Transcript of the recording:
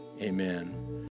Amen